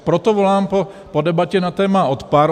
Proto volám po debatě na téma odpar.